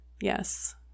Yes